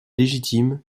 légitime